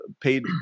paid